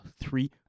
three